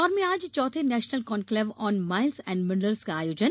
इन्दौर में आज चौथे national conclave on mines and minerals का आयोजन